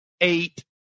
eight